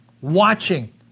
watching